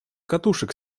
катушек